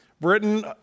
Britain